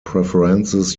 preferences